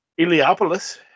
Iliopolis